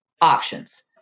options